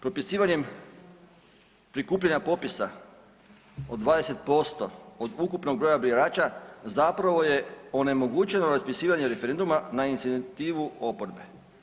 Propisivanjem prikupljanja popisa od 20% od ukupnog broja birača zapravo je onemogućeno raspisivanje referenduma na inicijativu oporbe.